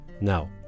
now